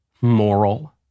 moral